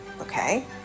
okay